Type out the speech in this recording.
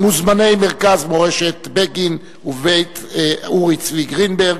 מוזמני מרכז מורשת בגין ובית אורי צבי גרינברג,